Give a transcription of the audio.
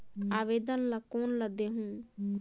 आवेदन ला कोन ला देहुं?